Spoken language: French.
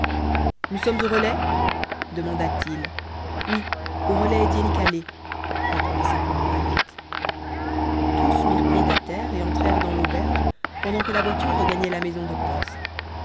nous sommes au relais demanda-t-il oui au relais d'iénikalé répondit simplement ahmet tous mirent pied à terre et entrèrent dans l'auberge pendant que la voiture regagnait la maison de poste